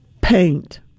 Paint